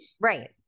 Right